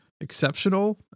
exceptional